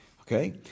Okay